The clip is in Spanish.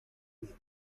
miel